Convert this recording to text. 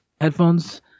headphones